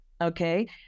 Okay